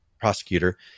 prosecutor